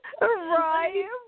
Right